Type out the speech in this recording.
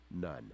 none